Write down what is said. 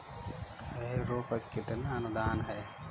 Harrow पर कितना अनुदान है?